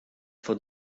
for